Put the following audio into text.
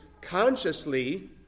consciously